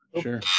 Sure